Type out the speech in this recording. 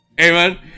Amen